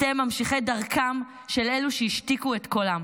אתם ממשיכי דרכם של אלו שהשתיקו את קולם,